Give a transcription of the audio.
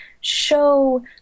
show